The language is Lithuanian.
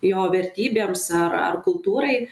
jo vertybėms ar ar kultūrai